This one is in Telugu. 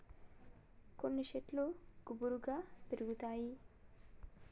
కొన్ని శెట్లు గుబురుగా పెరుగుతాయి